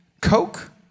coke